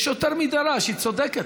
יש יותר מדי רעש, היא צודקת.